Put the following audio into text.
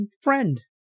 friend